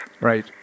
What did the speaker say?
Right